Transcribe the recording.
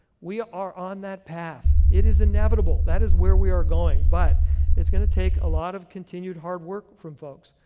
we are on that path. it is inevitable. that is where we are going, but it's going to take a lot of continued hard work from folks.